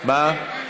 מה?